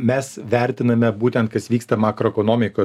mes vertiname būtent kas vyksta makroekonomikoj